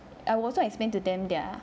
I wasn't explained to them their